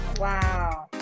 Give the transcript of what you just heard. wow